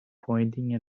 pointing